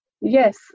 yes